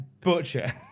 Butcher